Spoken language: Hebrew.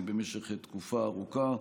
במשך תקופה ארוכה.